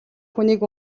хүнийг